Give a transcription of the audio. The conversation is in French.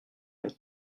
long